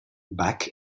back